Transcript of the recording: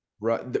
Right